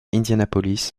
indianapolis